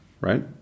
right